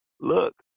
Look